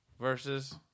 versus